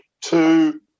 Two